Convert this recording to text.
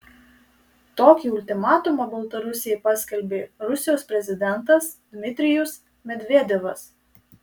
tokį ultimatumą baltarusijai paskelbė rusijos prezidentas dmitrijus medvedevas